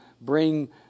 bring